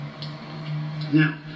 Now